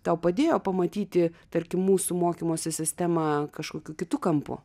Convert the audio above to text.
tau padėjo pamatyti tarkim mūsų mokymosi sistemą kažkokiu kitu kampu